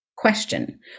question